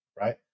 right